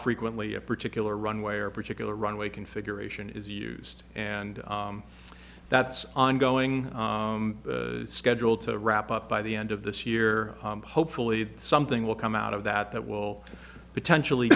frequently a particular runway or particular runway configuration is used and that's ongoing scheduled to wrap up by the end of this year hopefully something will come out of that that will potentially